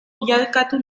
bilakatu